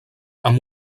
amb